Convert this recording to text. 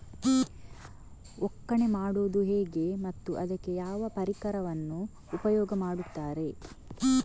ಒಕ್ಕಣೆ ಮಾಡುವುದು ಹೇಗೆ ಮತ್ತು ಅದಕ್ಕೆ ಯಾವ ಪರಿಕರವನ್ನು ಉಪಯೋಗ ಮಾಡುತ್ತಾರೆ?